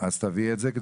תביאי את זה,